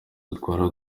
dutwara